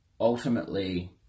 ultimately